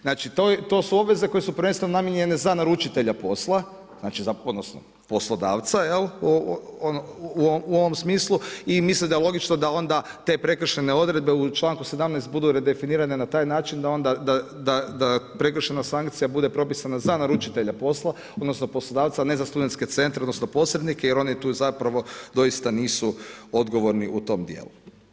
Znači to su obveze koje su prvenstveno namijenjene za naručitelja posla, za poslodavca, u ovom smislu i mislim da logično da onda te prekršajne odredbe u čl. 17. budu redefinirane na taj način da prekršajan sankcija bude propisana za naručitelja posla, odnosno, poslodavca, a ne za studenske centre, odnosno, posrednike, jer oni tu zapravo dosita nisu odgovorni u tom dijelu.